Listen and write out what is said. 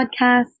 podcast